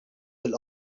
will